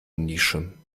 nische